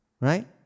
Right